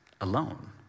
alone